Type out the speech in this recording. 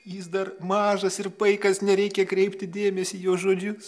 jis dar mažas ir paikas nereikia kreipti dėmesį į jo žodžius